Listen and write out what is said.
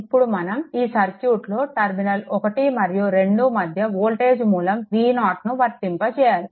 ఇప్పుడు మనం ఈ సర్క్యూట్లో టర్మినల్ 1 మరియు 2 మధ్య వోల్టేజ్ మూలం V0ను వర్తింపచేయాలి